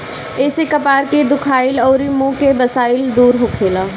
एसे कपार के दुखाइल अउरी मुंह के बसाइल दूर होखेला